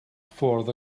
ffordd